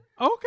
Okay